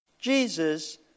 Jesus